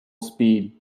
speed